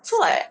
so like